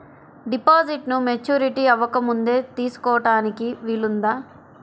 డిపాజిట్ను మెచ్యూరిటీ అవ్వకముందే తీసుకోటానికి వీలుందా?